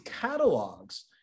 catalogs